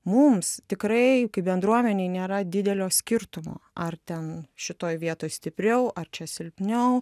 mums tikrai kaip bendruomenei nėra didelio skirtumo ar ten šitoj vietoj stipriau ar čia silpniau